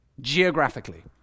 geographically